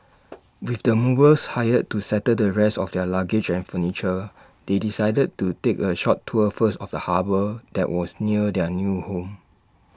with the movers hired to settle the rest of their luggage and furniture they decided to take A short tour first of the harbour that was near their new home